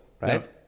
Right